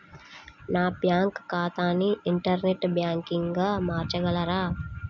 నా బ్యాంక్ ఖాతాని ఇంటర్నెట్ బ్యాంకింగ్గా మార్చగలరా?